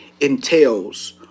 Entails